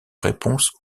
réponses